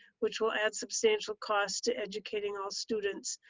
which will add substantial cost to educating all students.